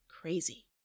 crazy